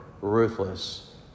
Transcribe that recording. ruthless